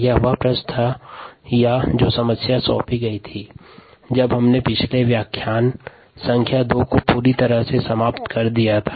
यह प्रश्न या समस्या सौंपी गई थी जब हमने पिछले व्याख्यान संख्या 2 को पूरी तरह से समाप्त कर दिया था